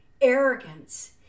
arrogance